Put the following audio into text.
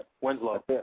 Winslow